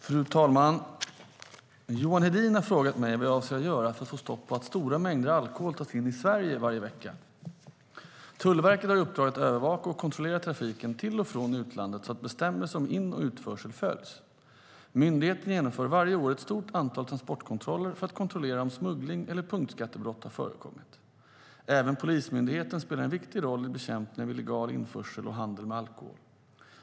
Fru talman! Johan Hedin har frågat mig vad jag avser att göra för att få stopp på att stora mängder alkohol tas in i Sverige varje vecka. Tullverket har i uppdrag att övervaka och kontrollera trafiken till och från utlandet så att bestämmelser om in och utförsel följs. Myndigheten genomför varje år ett stort antal transportkontroller för att kontrollera om smugglings eller punktskattebrott har förekommit. Även Polismyndigheten spelar en viktig roll i bekämpningen av illegal införsel av och handel med alkohol.